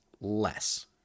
less